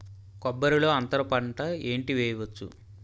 కొబ్బరి లో అంతరపంట ఏంటి వెయ్యొచ్చు?